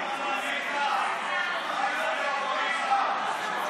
מנסור עבאס, מה הצביע?